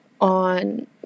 on